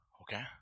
Okay